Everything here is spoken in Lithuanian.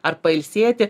ar pailsėti